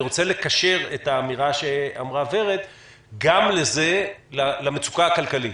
אני רוצה לקשר את האמירה שאמרה ורד גם למצוקה הכלכלית,